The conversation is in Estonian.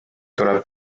tuleb